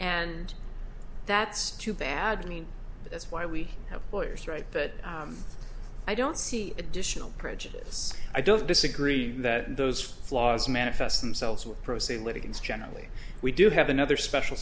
and that's too bad mean that's why we have lawyers right that i don't see additional prejudice i don't disagree that those flaws manifest themselves with procedure litigants generally we do have another special